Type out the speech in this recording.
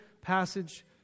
passage